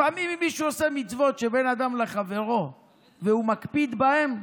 לפעמים אם מישהו עושה מצוות שבין אדם לחברו והוא מקפיד בהן,